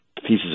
pieces